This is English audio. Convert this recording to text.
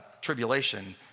tribulation